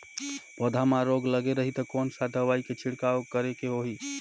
पौध मां रोग लगे रही ता कोन सा दवाई के छिड़काव करेके होही?